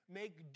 make